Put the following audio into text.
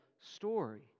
story